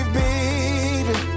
baby